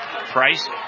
Price